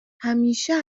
همیشه